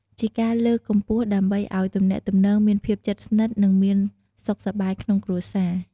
ជាការលើកកម្ពស់ដើម្បីឲ្យទំនាក់ទំនងមានភាពជិតស្និតនិងមានសុខសប្បាយក្នុងគ្រួសារ។